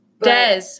Des